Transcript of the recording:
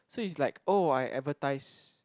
so it's like oh I advertise